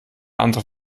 andere